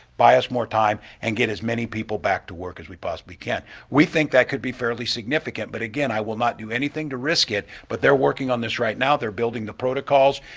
buy us more time and get as many people back to work as we possibly can. we think that could be fairly significant but, again, i will not do anything to risk it but they're working on this right now. they're building the protocols.